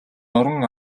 орон